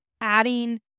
adding